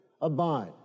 abide